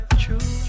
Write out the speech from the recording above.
true